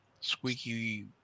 squeaky